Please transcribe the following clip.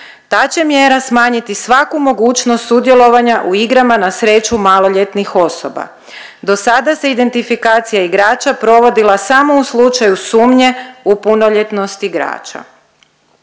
Ta će mjera smanjiti svaku mogućnost sudjelovanja u igrama na sreću maloljetnih osoba. Dosada se identifikacija igrača provodila samo u slučaju sumnje u punoljetnost igrača.